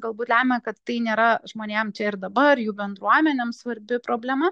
galbūt lemia kad tai nėra žmonėm čia ir dabar jų bendruomenėm svarbi problema